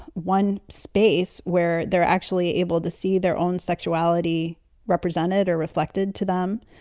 one space where they're actually able to see their own sexuality represented or reflected to them.